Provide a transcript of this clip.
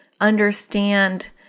understand